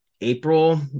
April